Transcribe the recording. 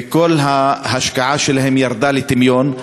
וכל ההשקעה שלהם ירדה לטמיון.